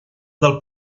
del